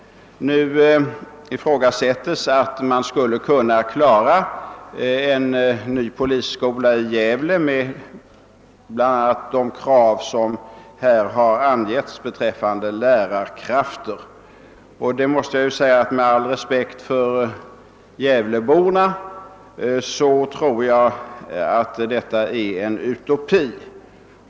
Nu ifrågasättes att man skulle kunna klara en ny polisskola i Gävle med bl.a. de krav som här har angivits beträffande lärarkrafter. Med all respekt för Gävleborna tror jag att detta är en utopi.